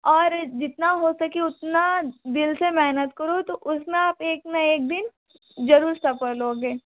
और जितना हो सके उतना दिल से मेहनत करो तो उसमें आप एक ना एक दिन ज़रूर सफल होगे